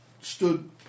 stood